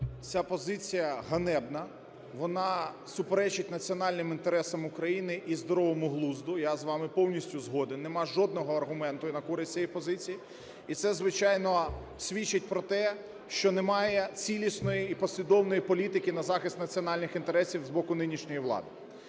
Ця позиція ганебна, вона суперечить національним інтересам України і здоровому глузду, я з вами повністю згоден. Нема жодного аргументу на користь цієї позиції. І це, звичайно, свідчить про те, що немає цілісної і послідовної політики на захист національних інтересів з боку нинішньої влади.